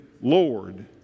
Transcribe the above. Lord